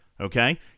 Okay